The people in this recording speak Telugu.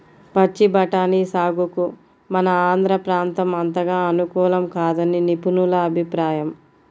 పచ్చి బఠానీ సాగుకు మన ఆంధ్ర ప్రాంతం అంతగా అనుకూలం కాదని నిపుణుల అభిప్రాయం